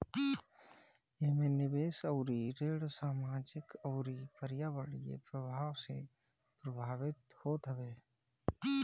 एमे निवेश अउरी ऋण सामाजिक अउरी पर्यावरणीय प्रभाव से प्रभावित होत हवे